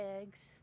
eggs